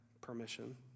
permission